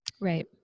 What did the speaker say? Right